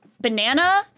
banana